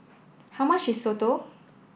how much is Soto